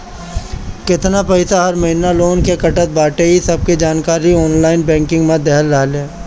केतना पईसा हर महिना लोन के कटत बाटे इ सबके जानकारी ऑनलाइन बैंकिंग में देहल रहेला